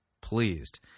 pleased